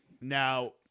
now